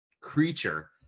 creature